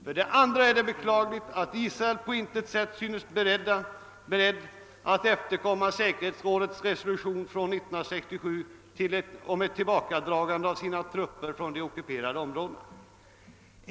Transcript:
För det andra är det beklagligt att Israel på intet sätt synes berett att efterkomma säkerhetsrådets resolution om ett tillbakadragande av sina trupper från de ockuperade områdena.